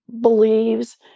believes